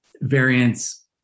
variants